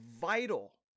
vital